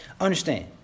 Understand